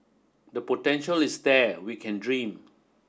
the potential is there we can dream